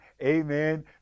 amen